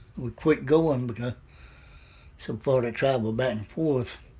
we quit going because so far to travel back and forth,